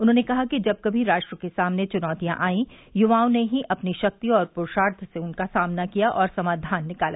उन्होंने कहा कि जब कमी राष्ट्र के सामने चुनौतियां आई युवाओं ने ही अपनी शक्ति और पुरूषार्थ से उनका सामना किया और समाधान निकाला